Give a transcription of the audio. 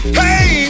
hey